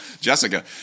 Jessica